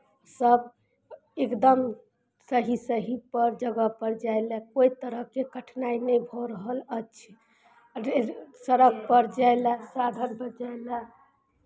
सभ एकदम सही सहीपर जगहपर जाय लेल कोइ तरहके कठिनाइ नहि भऽ रहल अछि सड़कपर जाय लेल साधनपर जाय लेल